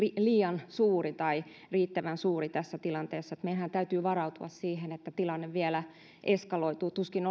liian suuri tai riittävän suuri tässä tilanteessa meidänhän täytyy varautua siihen että tilanne vielä eskaloituu tuskin